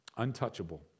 Untouchable